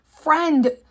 friend